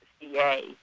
Ca